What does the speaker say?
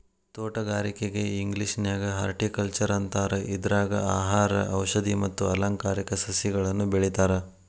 ತೋಟಗಾರಿಕೆಗೆ ಇಂಗ್ಲೇಷನ್ಯಾಗ ಹಾರ್ಟಿಕಲ್ಟ್ನರ್ ಅಂತಾರ, ಇದ್ರಾಗ ಆಹಾರ, ಔಷದಿ ಮತ್ತ ಅಲಂಕಾರಿಕ ಸಸಿಗಳನ್ನ ಬೆಳೇತಾರ